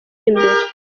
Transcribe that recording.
imbere